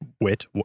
Wit